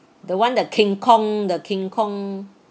the one the king kong the king kong